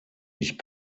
ich